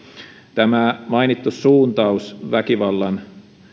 tämä mainittu suuntaus väkivallan